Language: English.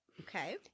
Okay